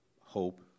hope